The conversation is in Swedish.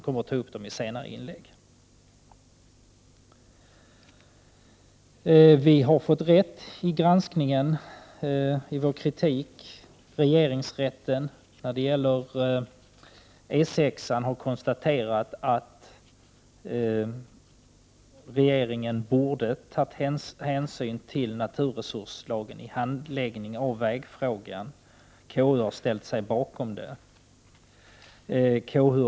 Vi har i granskningsarbetet fått rätt i vår kritik. Regeringsrätten har när det gäller E 6 konstaterat att regeringen borde ha tagit hänsyn till naturresurslagen vid handläggningen av vägfrågan, och KU har ställt sig bakom den bedömningen.